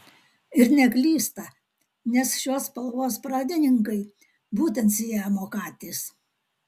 ir neklysta nes šios spalvos pradininkai būtent siamo katės